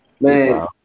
man